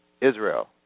Israel